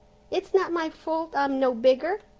it's not my fault i'm no bigger.